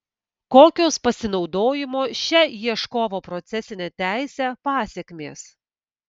kokios pasinaudojimo šia ieškovo procesine teise pasekmės